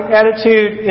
attitude